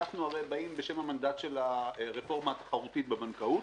אנחנו הרי באים בשם המנדט של הרפורמה התחרותית בבנקאות,